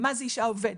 מה זה אישה עובדת.